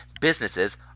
businesses